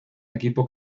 equipo